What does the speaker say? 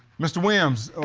mr. williams,